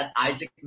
Isaac